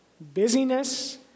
busyness